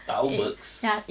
tahu burgs